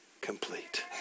complete